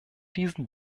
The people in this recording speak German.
diesen